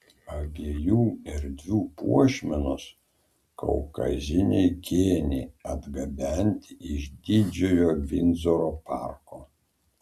abiejų erdvių puošmenos kaukaziniai kėniai atgabenti iš didžiojo vindzoro parko